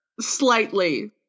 slightly